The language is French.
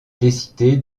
décider